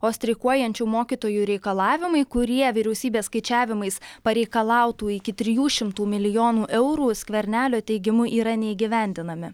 o streikuojančių mokytojų reikalavimai kurie vyriausybės skaičiavimais pareikalautų iki trijų šimtų milijonų eurų skvernelio teigimu yra neįgyvendinami